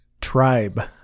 Tribe